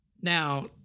Now